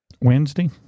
Wednesday